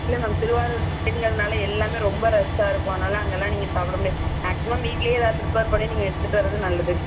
இல்லை மேம் திருவாரூர் தேருங்கிறதுனால எல்லாமே ரொம்ப ரஷ்ஷாக இருக்கும் அதனாலே அங்கெல்லாம் நீங்கள் சாப்பிட முடியாது மேக்சிமம் வீட்டிலேயே ஏதாவது ப்ரிப்பேர் பண்ணி நீங்கள் எடுத்துகிட்டு வர்றது நல்லது